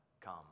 come